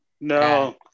No